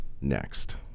next